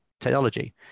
technology